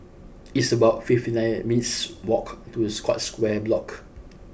it's about fifty nine and minutes' walk to Scotts Square Block